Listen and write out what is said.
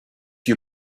you